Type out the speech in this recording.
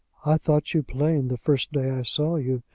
i thought you plain the first day i saw you.